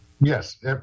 Yes